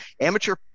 amateur